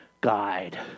guide